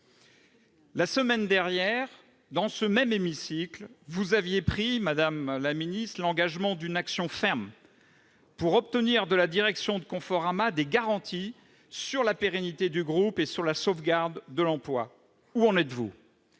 La semaine dernière, dans ce même hémicycle, vous aviez pris, madame la secrétaire d'État, l'engagement d'une action ferme pour obtenir de la direction de Conforama des garanties sur la pérennité du groupe et sur la sauvegarde de l'emploi. Où en êtes-vous ?